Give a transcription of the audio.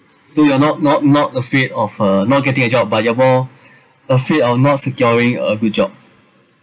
so your not not not a state of uh not getting a job but you're more afraid of not securing a good job